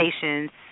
patients